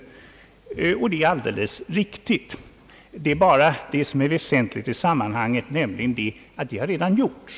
Det är alldeles riktigt. Men vad som är väsentligt i sammanhanget är att denna justering redan har gjorts.